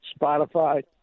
Spotify